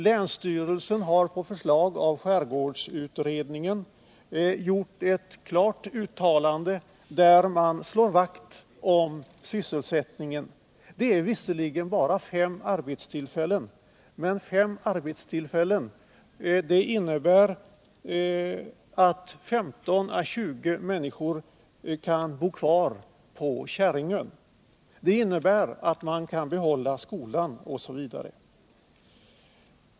Länsstyrelsen har på förslag av skärgårdsutredningen gjort ett klart uttalande i vilket man slår vakt om sysselsättningen. Det gäller här visserligen bara fem arbetstillfällen. Men fem arbetstillfällen innebär att 15 äå 20 människor kan bo kvar på Käringön, att man kan behålla skolan osv.